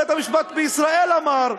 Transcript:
בית-המשפט בישראל אמר,